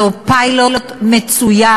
זהו פיילוט מצוין.